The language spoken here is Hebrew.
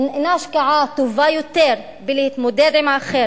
אינה השקעה טובה יותר בלהתמודד עם האחר